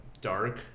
dark